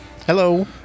hello